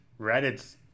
Reddit